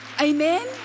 Amen